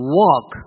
walk